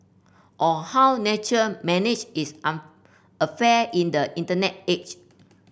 on how nation manage its affair in the Internet age